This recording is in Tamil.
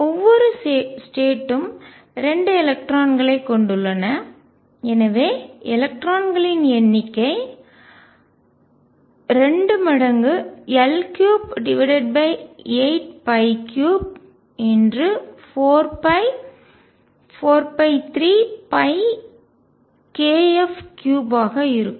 ஒவ்வொரு ஸ்டேட் ம் 2 எலக்ட்ரான்களைக் கொண்டுள்ளன எனவே எலக்ட்ரான்களின் எண்ணிக்கை 2×L38343kF3 ஆக இருக்கும்